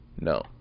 No